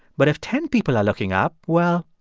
but if ten people are looking up, well,